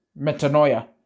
metanoia